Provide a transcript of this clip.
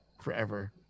forever